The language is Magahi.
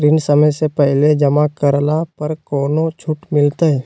ऋण समय से पहले जमा करला पर कौनो छुट मिलतैय?